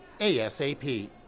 ASAP